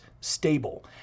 stable